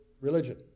religion